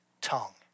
tongue